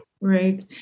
Right